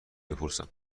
بپرسم